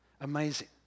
Amazing